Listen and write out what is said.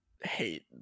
hate